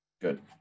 Good